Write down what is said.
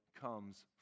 comes